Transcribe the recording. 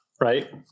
right